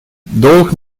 долг